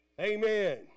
amen